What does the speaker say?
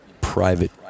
private